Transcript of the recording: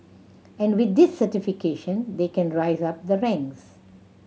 and with this certification they can rise up the ranks